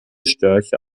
störche